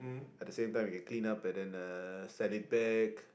at the same time you can clean up and then uh sell it back